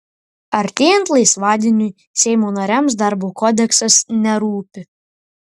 artėjant laisvadieniui seimo nariams darbo kodeksas nerūpi